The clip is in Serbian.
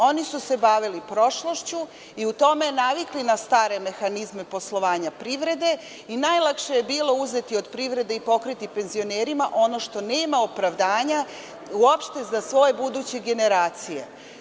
Oni su se bavili prošlošću i u tome navikli na stare mehanizme poslovanja privrede i najlakše je bilo uzeti od privrede i pokriti penzionerima ono što nema opravdanja uopšte za svoje buduće generacije.